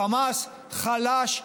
החמאס חלש,